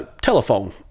telephone